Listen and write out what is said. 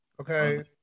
okay